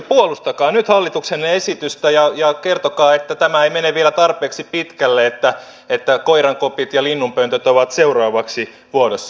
puolustakaa nyt hallituksenne esitystä ja kertokaa että tämä ei mene vielä tarpeeksi pitkälle että koirankopit ja linnunpöntöt ovat seuraavaksi vuorossa